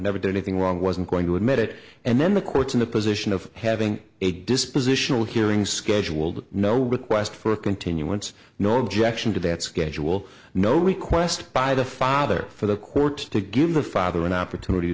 never did anything wrong wasn't going to admit it and then the courts in the position of having a dispositional hearing scheduled no request for a continuance nor objection to that schedule no request by the father for the court to give the father an opportunity